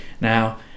now